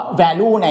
value